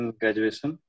graduation